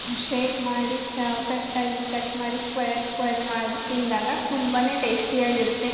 shape ಮಾಡಿ ಚೌಕಟ್ಟಾಗಿ cut ಮಾಡಿ ಸ್ಕ್ವೇರ್ ಸ್ಕ್ವೇರ್ ಮಾಡಿ ತಿಂದಾಗ ತುಂಬಾನೇ ಟೇಸ್ಟಿಯಾಗಿರುತ್ತೆ